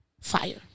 fire